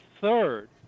third